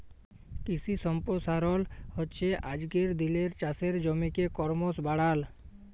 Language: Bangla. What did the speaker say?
কিশি সম্পরসারল হচ্যে আজকের দিলের চাষের জমিকে করমশ বাড়াল